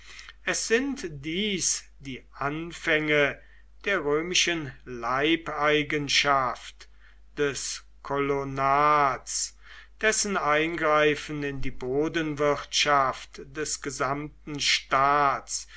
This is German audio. es sind dies die anfänge der römischen leibeigenschaft des kolonats dessen eingreifen in die bodenwirtschaft des gesamten staats